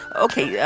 ok. yeah